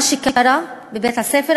מה שקרה בבית-הספר,